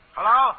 Hello